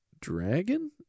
dragon